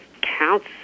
counts